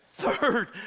Third